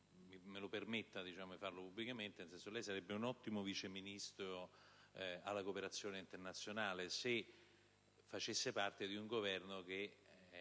però mi permetta di esprimerlo pubblicamente): lei sarebbe un ottimo Vice Ministro alla cooperazione internazionale se facesse parte di un Governo che